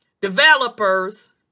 developers